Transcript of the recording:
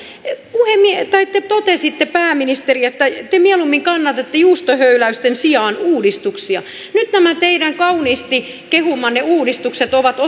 te totesitte pääministeri että te mieluummin kannatatte juustohöyläysten sijaan uudistuksia nyt nämä teidän kauniisti kehumanne uudistukset ovat